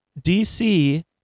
DC